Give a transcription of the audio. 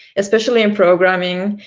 especially in programming.